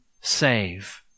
save